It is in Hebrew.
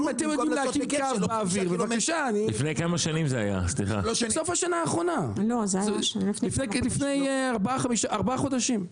זה היה בסוף השנה האחרונה, לפני ארבעה חודשים.